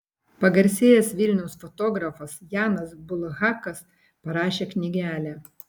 pagarsėjęs vilniaus fotografas janas bulhakas parašė knygelę